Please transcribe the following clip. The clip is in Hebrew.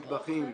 מהמטבחים,